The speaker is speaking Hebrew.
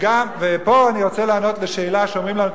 ופה אני רוצה לענות לשאלה שאומרים לנו,